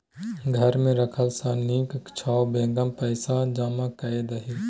घर मे राखला सँ नीक छौ बैंकेमे पैसा जमा कए दही